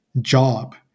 job